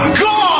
god